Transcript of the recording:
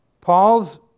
Paul's